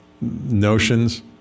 notions